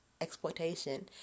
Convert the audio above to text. exploitation